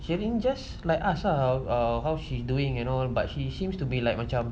sheryn just like ask lah err how she doing and all but she seems to be like macam